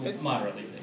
moderately